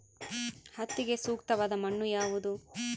ಹತ್ತಿಗೆ ಸೂಕ್ತವಾದ ಮಣ್ಣು ಯಾವುದು?